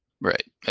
right